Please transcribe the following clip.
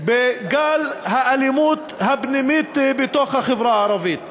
בגל האלימות הפנימית בתוך החברה הערבית.